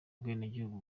ubwenegihugu